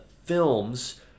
Films